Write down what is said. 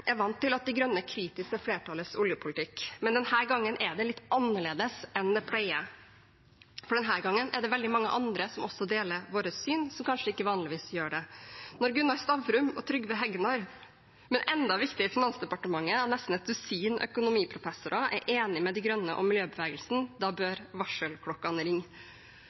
vant til at De Grønne er kritisk til flertallets oljepolitikk, men denne gangen er det litt annerledes enn det pleier, for denne gangen er det veldig mange andre som også deler vårt syn, som vanligvis kanskje ikke gjør det. Når Gunnar Stavrum og Trygve Hegnar, men enda viktigere for Finansdepartementet: nesten et dusin økonomiprofessorer, er enig med De Grønne og miljøbevegelsen, da bør varselklokkene ringe.